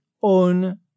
on